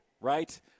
right